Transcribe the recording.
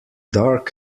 dark